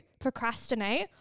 procrastinate